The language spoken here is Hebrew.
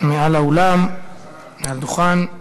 מעל הדוכן.